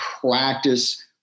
practice